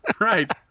right